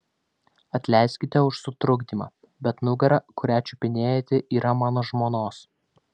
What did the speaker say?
atleiskite už sutrukdymą bet nugara kurią čiupinėjate yra mano žmonos